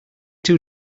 too